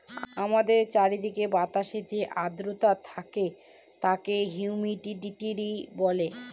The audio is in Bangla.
আমাদের চারিদিকের বাতাসে যে আদ্রতা থাকে তাকে হিউমিডিটি বলে